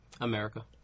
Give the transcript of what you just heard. America